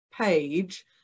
page